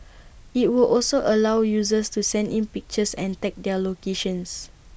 IT would also allow users to send in pictures and tag their locations